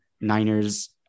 Niners